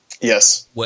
Yes